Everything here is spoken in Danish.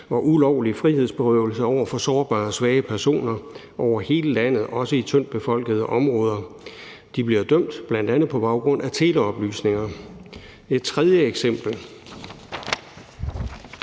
og ulovlig frihedsberøvelse af sårbare, svage personer over hele landet, også i tyndtbefolkede områder. De bliver dømt, bl.a. på baggrund af teleoplysninger. Et tredje eksempel: